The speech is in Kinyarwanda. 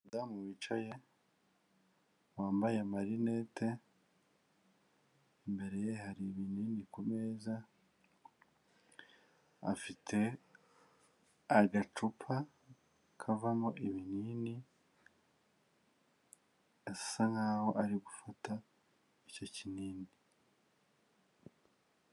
Umudamu wicaye wambaye amarinete, imbere ye hari ibinini ku meza, afite agacupa kavamo ibinini, asa nk'aho ari gufata icyo kinini.